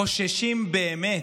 חוששים באמת,